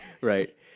Right